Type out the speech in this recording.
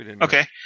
Okay